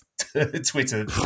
Twitter